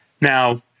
Now